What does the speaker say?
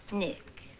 nick